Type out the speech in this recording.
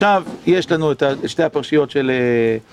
עכשיו, יש לנו את שתי הפרשיות של...